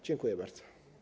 Dziękuję bardzo.